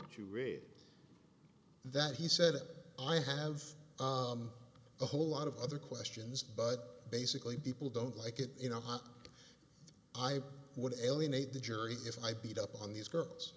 that you read that he said i have a whole lot of other questions but basically people don't like it you know i would actually need the jury if i beat up on these girls